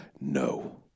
No